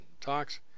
talks